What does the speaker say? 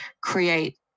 create